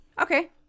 Okay